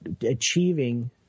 achieving